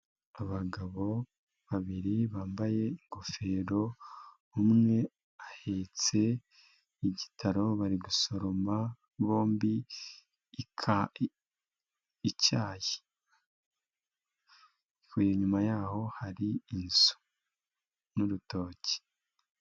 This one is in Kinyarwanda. Abagabo babiri, bambaye ingofero, umwe ahetse igitaro, bari gusoroma bombi, icyayi, inyuma yaho hari inzu n'urutoki.